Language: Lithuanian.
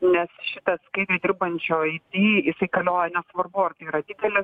nes šitas skaidriai dirbančioj ai di jisai galioja nesvarbu ar tai yra didelė